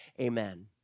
amen